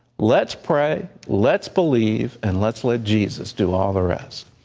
let's pray. let's believe and let's let jesus do ah the rest.